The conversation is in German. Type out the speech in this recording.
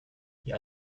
die